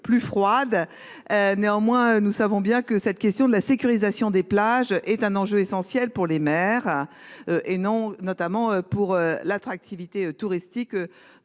plus froide. Néanmoins, nous savons bien que cette question de la sécurisation des plages est un enjeu essentiel pour les mères. Et non, notamment pour l'attractivité touristique.